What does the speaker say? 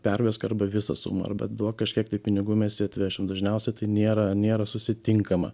pervesk arba visą sumą arba duok kažkiek tai pinigų mes jį atvešim dažniausia tai nėra nėra susitinkama